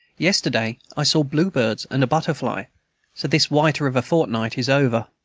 yesterday i saw bluebirds and a butterfly so this whiter of a fortnight is over.